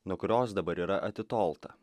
nuo kurios dabar yra atitolta